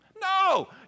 No